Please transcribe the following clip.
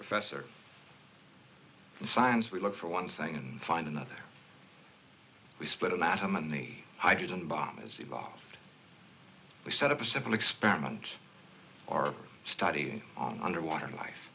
professor and science we look for one thing and find another we split anatomy hydrogen bomb is involved we set up a simple experiment or study on underwater life